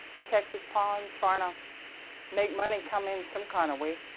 the texas pond, trying to make money come in some kind of way.